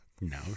No